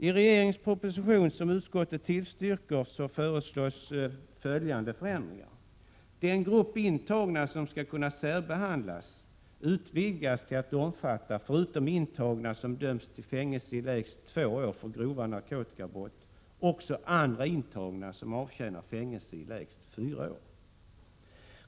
I regeringens proposition, som utskottet tillstyrker, föreslås följande förändringar: Den grupp intagna som skall kunna särbehandlas utvidgas till att omfatta, förutom intagna som har dömts till fängelse i lägst två år för grova narkotikabrott, också andra intagna som avtjänar fängelse i lägst fyra år.